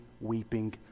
weeping